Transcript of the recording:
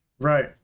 Right